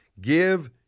give